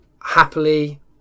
happily